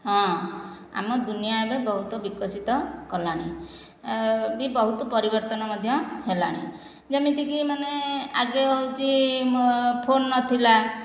ହଁ ଆମ ଦୁନିଆଁ ଏବେ ବହୁତ ବିକଶିତ କଲାଣି ବି ବହୁତୁ ପରିବର୍ତ୍ତନ ମଧ୍ୟ ହେଲାଣି ଯେମିତିକି ମାନେ ଆଗେ ହେଉଛି ଫୋନ୍ ନଥିଲା